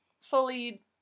Fully